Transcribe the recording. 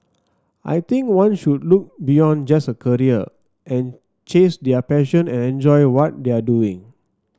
I think one should look beyond just a career and chase their passion and enjoy what they are doing